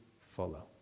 follow